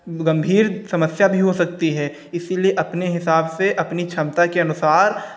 गंभीर समस्या भी हो सकती है इसीलिए अपने हिसाब से अपनी क्षमता के अनुसार